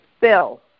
Bill